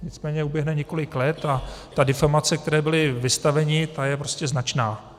Nicméně uběhne několik let a ta deformace, které byli vystaveni, ta je prostě značná.